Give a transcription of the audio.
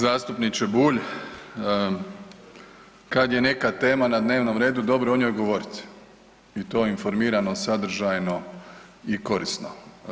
Zastupniče Bulj, kada je neka tema na dnevnom redu dobro je o njoj govoriti i to informirano, sadržajno i korisno.